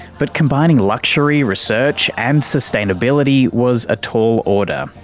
but combining luxury, research, and sustainability was a tall order,